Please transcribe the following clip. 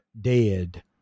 dead